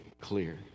clear